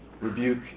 Rebuke